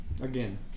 Again